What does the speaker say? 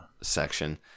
section